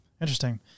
Interesting